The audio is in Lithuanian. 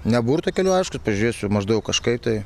ne burtų keliu aišku pažiūrėsiu maždaug kažkaip tai